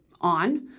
on